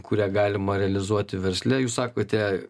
kurią galima realizuoti versle jūs sakote